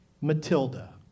Matilda